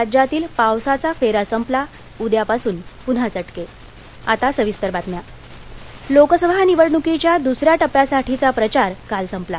राज्यातील पावसाचा फेरा संपलाउद्यापासून पून्हा चटके प्रचार संपला लोकसभा निवडणुकीच्या दुसऱ्या टप्प्यासाठीचा प्रचार काल संपला